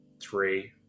three